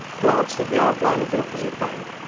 glanced at the outline of the opposite bank,